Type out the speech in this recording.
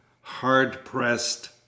HARD-PRESSED